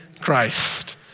Christ